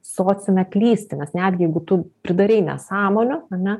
sociume klysti nes netgi jeigu tu pridarei nesąmonių ane